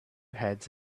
heads